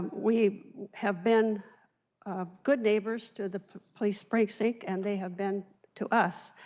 we have been ah good neighbors to the police precinct and they have been to us,